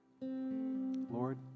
Lord